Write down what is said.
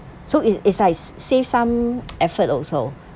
so it's it's like save some effort also